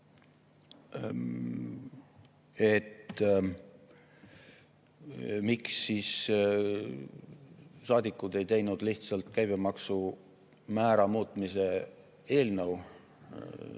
et miks siis saadikud ei teinud lihtsalt käibemaksumäära muutmise eelnõu.